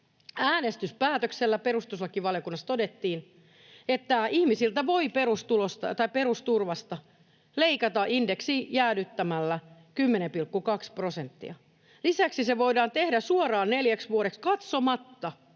Äänestyspäätöksellä perustuslakivaliokunnassa todettiin, että ihmisiltä voi perusturvasta leikata indeksi jäädyttämällä 10,2 prosenttia. Lisäksi se voidaan tehdä suoraan neljäksi vuodeksi katsomatta